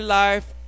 life